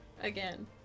Again